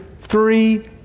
three